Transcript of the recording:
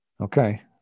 Okay